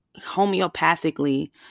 homeopathically